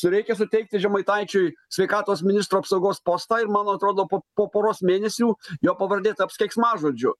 reikia suteikti žemaitaičiui sveikatos ministro apsaugos postą ir man atrodo po po poros mėnesių jo pavardė taps keiksmažodžiu